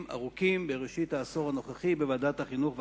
ארוכים בראשית העשור הנוכחי בוועדת החינוך והתרבות,